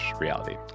reality